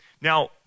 Now